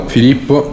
Filippo